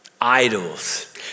Idols